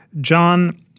John